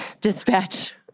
dispatch